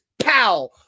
pow